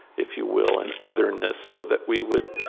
if you will, an otherness so that we would